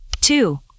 two